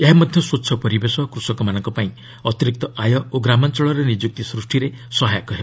ଏହା ମଧ୍ୟ ସ୍ୱଚ୍ଛ ପରିବେଶ କୃଷକମାନଙ୍କ ପାଇଁ ଅତିରିକ୍ତ ଆୟ ଓ ଗ୍ରାମାଞ୍ଚଳରେ ନିଯ୍ବକ୍ତି ସୃଷ୍ଟିରେ ସହାୟକ ହେବ